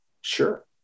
Sure